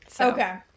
Okay